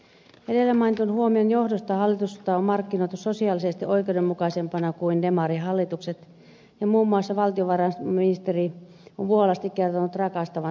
edellä mainitun huomion johdosta hallitusta on markkinoitu sosiaalisesti oikeudenmukaisempana kuin demarihallitukset ja muun muassa valtiovarainministeriö on vuolaasti kertonut rakastavansa hyvinvointivaltiota